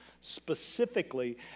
specifically